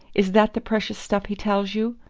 is that the precious stuff he tells you?